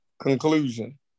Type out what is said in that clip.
conclusion